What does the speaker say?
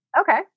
Okay